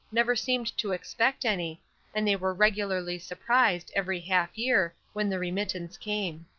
never seemed to expect any and they were regularly surprised every half year when the remittance came.